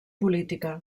política